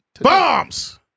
Bombs